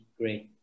great